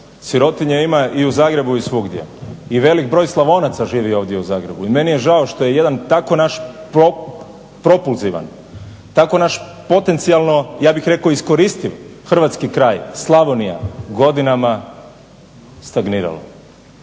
Sirotinje ima i u Zagrebu i svugdje. I veliki broj Slavonaca živi ovdje u Zagrebu, i meni je žao što je jedan tako naš propulzivan, tako naš potencijalno iskoristiv hrvatski kraj Slavonija, godinama stagnirala.